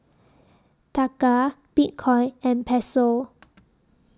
Taka Bitcoin and Peso